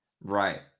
Right